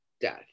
death